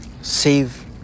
save